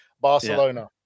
Barcelona